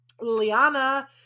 Liana